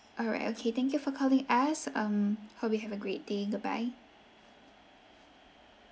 alright okay thank you for calling us um hope you have a great day goodbye